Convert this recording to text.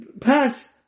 pass